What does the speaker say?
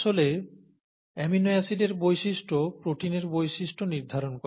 আসলে অ্যামিনো অ্যাসিডের বৈশিষ্ট্য প্রোটিনের বৈশিষ্ট্য নির্ধারণ করে